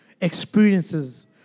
experiences